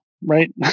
right